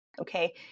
okay